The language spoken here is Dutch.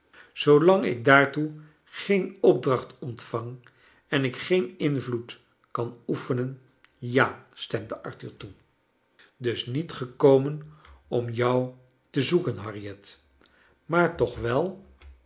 lang ik daartoe geen opdracht ontvang en ik geen invloed kan oefeneri ja stemde arthur toe dus niet gekomen om jou te zoeken harriet maar toch wel